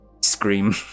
scream